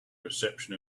reception